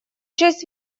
часть